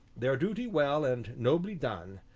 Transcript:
their duty well and nobly done,